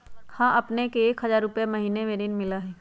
हां अपने के एक हजार रु महीने में ऋण मिलहई?